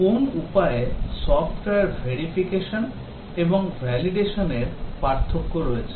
কোন উপায়ে software verification এবং validation এর পার্থক্য রয়েছে